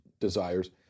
desires